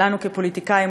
שלנו כפוליטיקאים,